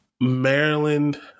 Maryland